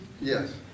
Yes